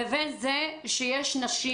לבין זה שיש נשים